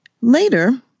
Later